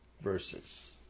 verses